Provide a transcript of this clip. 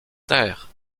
taire